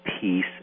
peace